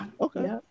Okay